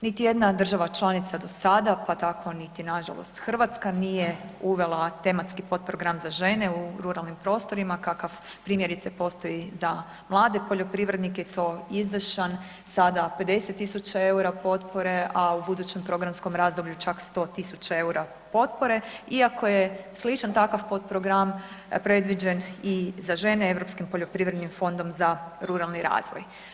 Niti jedna država članica do sada pa tako ni niti nažalost Hrvatska, nije uvela tematski potprogram za žene u ruralnim prostorima kakav primjerice postoji za mlade poljoprivrednike i to izdašan, sada 50 000 eura a u budućem programskom razdoblju čak 100 000 eura potpore iako je sličan takav potprogram predviđen za žene Europskim poljoprivrednim fondom za ruralni razvoj.